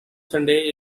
sunday